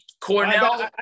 Cornell